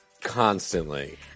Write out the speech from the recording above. Constantly